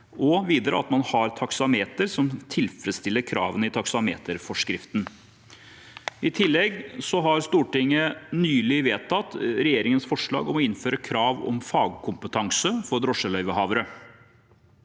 at man har taksameter som tilfredsstiller kravene i taksameterforskriften. I tillegg har Stortinget nylig vedtatt regjeringens forslag om å innføre krav om fagkompetanse for drosjeløyvehavere.